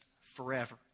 forever